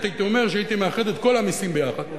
הייתי אומר שהייתי מאחד את כל המסים ביחד,